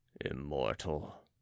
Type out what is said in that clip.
Immortal